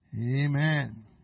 amen